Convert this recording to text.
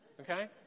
okay